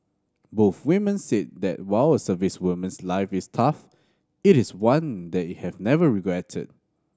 both women said that while a servicewoman's life is tough it is one they have never regretted